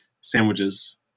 sandwiches